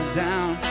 down